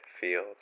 field